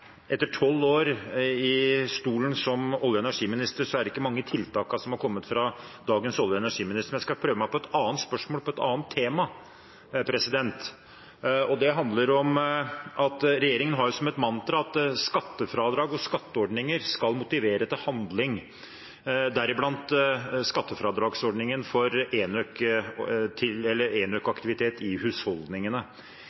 ikke mange tiltak som har kommet fra dagens olje- og energiminister. Men jeg skal prøve meg på et annet spørsmål om et annet tema. Det handler om at regjeringen har som et mantra at skattefradrag og skatteordninger skal motivere til handling, deriblant skattefradragsordningen for enøkaktivitet i husholdningene. I innstillingen som foreligger, har vi fremmet et forslag hvor denne ordningen naturlig nok bør utredes til